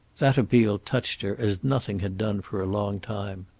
that appeal touched her as nothing had done for a long time.